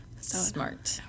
Smart